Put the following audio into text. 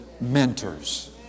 mentors